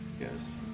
yes